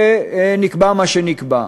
נקבע מה שנקבע.